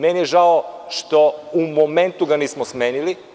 Meni je žao što u momentu ga nismo smenili.